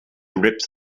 ripped